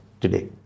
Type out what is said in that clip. today